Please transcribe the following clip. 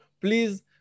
please